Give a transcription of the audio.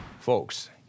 Folks